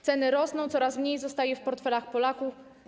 Ceny rosną, coraz mniej zostaje w portfelach Polaków.